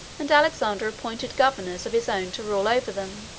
and alexander appointed governors of his own to rule over them.